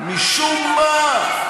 משום מה,